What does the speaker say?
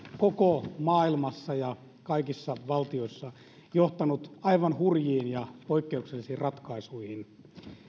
koko maailmassa ja kaikissa valtioissa johtanut aivan hurjiin ja poikkeuksellisiin ratkaisuihin